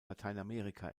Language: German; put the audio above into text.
lateinamerika